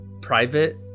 private